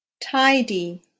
Tidy